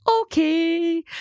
okay